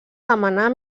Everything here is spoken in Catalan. demanar